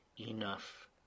enough